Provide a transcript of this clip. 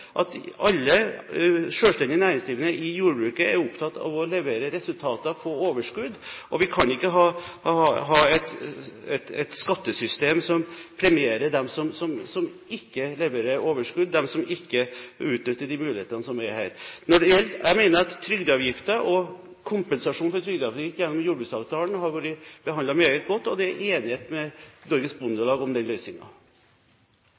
alle selvstendig næringsdrivende i jordbruket er opptatt av å levere resultater, få overskudd. Vi kan ikke ha et skattesystem som premierer dem som ikke leverer overskudd, og som ikke utnytter de mulighetene som er her. Jeg mener at trygdeavgiften og kompensasjonen for trygdeavgiften gjennom jordbruksavtalen har vært behandlet meget godt, og det er enighet med Norges